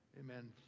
Amen